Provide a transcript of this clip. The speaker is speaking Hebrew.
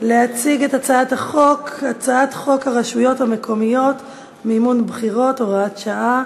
להציג את הצעת חוק הרשויות המקומיות (מימון בחירות) (הוראת שעה),